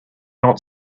not